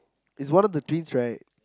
it's one of the twins right